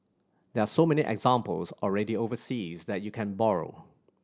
there are so many examples already overseas that you can borrow